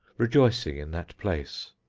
rejoicing in that place.